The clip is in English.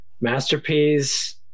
Masterpiece